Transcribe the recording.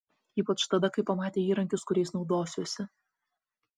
ypač tada kai pamatė įrankius kuriais naudosiuosi